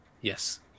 Yes